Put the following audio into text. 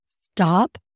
stop